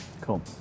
cool